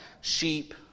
sheep